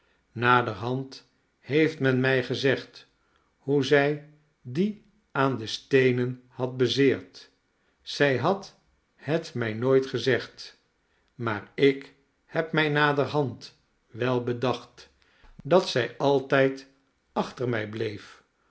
naderhand heeft men mij gezegd hoe zij die aan de steenen had bezeerd zij had het mij nooit gezegd maar ik heb mij naderhand wel bedacht dat zij altijd achter mij bleef